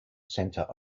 center